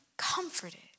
comforted